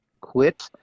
quit